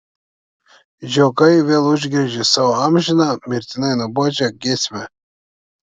žiogai vėl užgriežė savo amžiną mirtinai nuobodžią giesmę